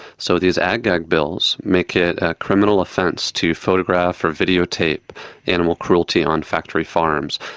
so these ag-gag bills make it a criminal offence to photograph or videotape animal cruelty on factory farms.